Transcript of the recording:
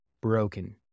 broken